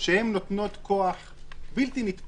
הן נותנות כוח בלתי-נתפס,